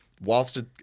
whilst